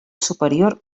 superior